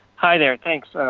hi, there, thanks,